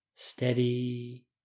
Steady